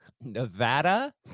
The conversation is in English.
Nevada